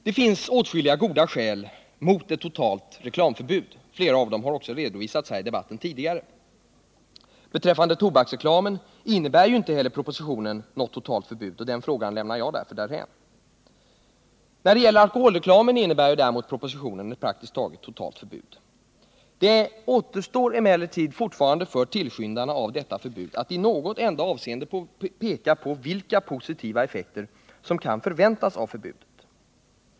Det finns åtskilliga goda skäl mot ett totalt reklamförbud. Flera av dem har också redovisats här i debatten tidigare. Beträffande tobaksreklamen innebär inte heller propositionen någon totalt förbud, och den frågan lämnar jag därför därhän. När det gäller alkoholreklamen innebär propositionen däremot ett praktiskt taget totalt förbud. Det återstår emellertid fortfarande för tillskyndarna av detta förbud att i något enda avseende peka på vilka positiva effekter som kan förväntas av förbudet.